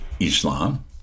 Islam